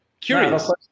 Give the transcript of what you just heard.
curious